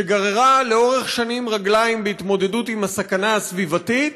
שגררה לאורך שנים רגליים בהתמודדות עם הסכנה הסביבתית,